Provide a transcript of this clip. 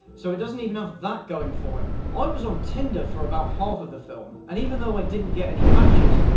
so it doesn't even have that going for it. i was on tinder for about half of the film, and even though i didn't get any matches,